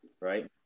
right